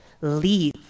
Leave